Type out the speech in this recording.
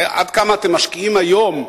עד כמה אתם משקיעים היום,